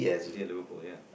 City and Liverpool ya